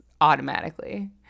automatically